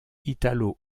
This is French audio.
italo